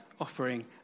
offering